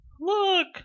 Look